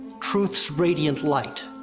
truth's radiant light.